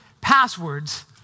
passwords